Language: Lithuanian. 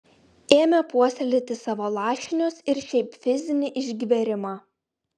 ėmė puoselėti savo lašinius ir šiaip fizinį išgverimą